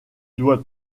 doit